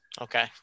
okay